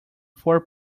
four